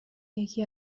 یکی